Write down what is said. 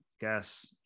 gas